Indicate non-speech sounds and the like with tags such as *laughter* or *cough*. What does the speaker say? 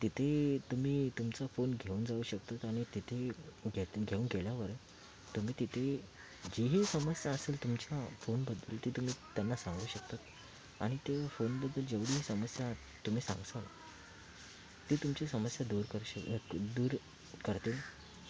तिथे तुम्ही तुमचा फोन घेऊन जाऊ शकतात आणि तिथे *unintelligible* घेऊन गेल्यावर तुम्ही तिथे जी ही समस्या असेल तुमच्या फोनबद्दल ती तुम्ही त्यांना सांगू शकता आणि ते फोन बद्दल जेवढी समस्या तुम्ही सांगसाल ती तुमची समस्या दूर करशी *unintelligible* दूर करतील